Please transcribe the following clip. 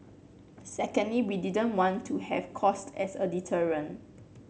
secondly we didn't want to have cost as a deterrent